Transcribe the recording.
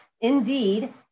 indeed